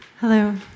Hello